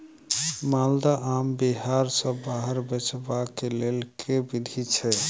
माल्दह आम बिहार सऽ बाहर बेचबाक केँ लेल केँ विधि छैय?